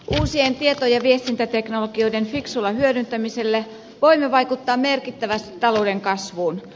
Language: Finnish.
uusien tieto ja viestintäteknologioiden fiksulla hyödyntämisellä voimme vaikuttaa merkittävästi talouden kasvuun